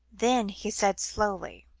then he said slowly